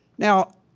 now,